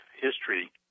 history